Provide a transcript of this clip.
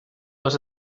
los